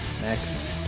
Next